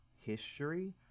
history